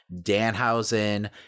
Danhausen